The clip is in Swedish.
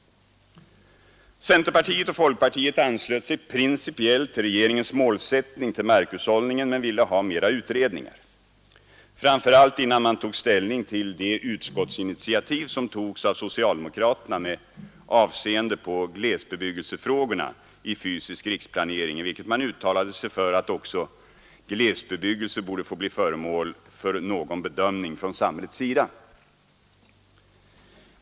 Centerpartiet och folkpartiet anslöt sig principiellt till regeringens målsättning till markhushållningen men ville ha mera utredning, framför allt innan de tog ställning till utskottsinitiativet från socialdemokraterna med avseende på glesbebyggelsefrågorna i fysisk riksplanering, i vilket man uttalade sig för att också glesbebyggelse borde få bli föremål för någon bedömning från samhällets sida.